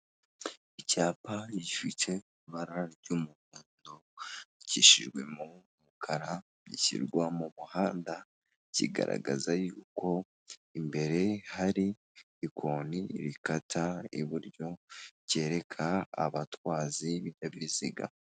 Icyapa gifite ibara ry'umuhondo ryandikishijwemo umukara, gishyirwa mu muhanda kigaragaza yuko imbere hari ikoni rikata iburyo, cyereka abatwazi b'ibibinyabiziga.